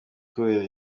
kubera